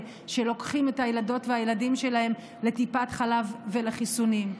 שלוקחים את הילדות והילדים שלהם לטיפת חלב ולחיסונים,